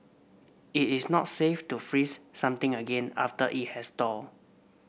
it is not safe to freeze something again after it has thawed